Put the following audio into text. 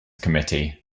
committee